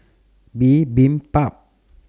Bibimbap